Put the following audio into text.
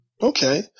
Okay